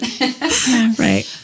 Right